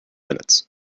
minutes